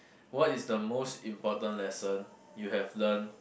what is the most important lesson you have learnt